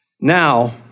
Now